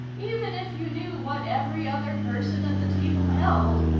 even if you knew what every other person at the table held,